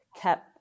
kept